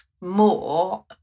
more